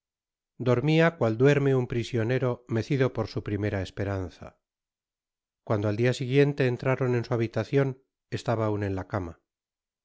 dormia cual duerme un prisionero mecido por su primera esperanza cuando al dia siguiente entraron en su habitacion estaba aun en la cama